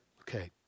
okay